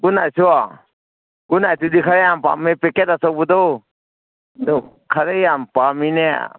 ꯒꯨꯠꯅꯥꯏꯠꯁꯨ ꯒꯨꯠꯅꯥꯏꯠꯇꯨꯗꯤ ꯈꯔ ꯌꯥꯝ ꯄꯥꯝꯃꯦ ꯄꯦꯀꯦꯠ ꯑꯆꯧꯕꯗꯣ ꯑꯗꯨ ꯈꯔ ꯌꯥꯝ ꯄꯥꯝꯃꯤꯅꯦ